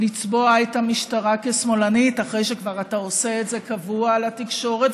לצבוע את המשטרה כשמאלנית אחרי שכבר אתה עושה את זה קבוע לתקשורת,